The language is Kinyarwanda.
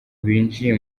binjiye